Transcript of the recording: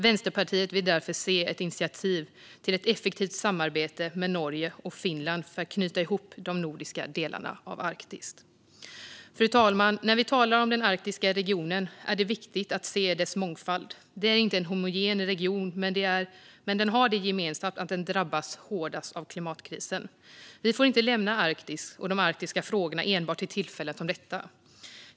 Vänsterpartiet vill därför se ett initiativ till ett effektivt samarbete med Norge och Finland för att knyta ihop de nordiska delarna av Arktis. Fru talman! När vi talar om den arktiska regionen är det viktigt att se dess mångfald. Det är inte en homogen region, men hela regionen drabbas hårdast av klimatkrisen. Vi får inte lämna Arktis och de arktiska frågorna enbart till tillfällen som detta.